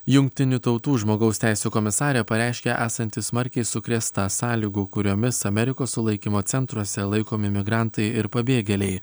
jungtinių tautų žmogaus teisių komisarė pareiškė esanti smarkiai sukrėsta sąlygų kuriomis amerikos sulaikymo centruose laikomi migrantai ir pabėgėliai